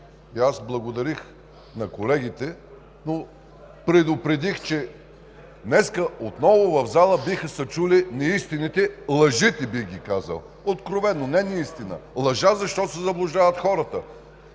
аз благодарих на колегите, но предупредих, че днес в залата отново биха се чули неистините, лъжите – бих казал, откровено – не неистина, лъжа, защото се заблуждават хората.